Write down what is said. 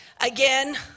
again